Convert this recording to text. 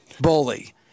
bully